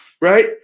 Right